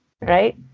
right